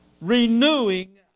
renewing